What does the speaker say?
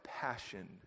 passion